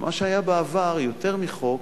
מה שהיה בעבר, יותר מחוק,